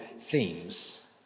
themes